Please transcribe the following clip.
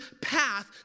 path